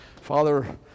Father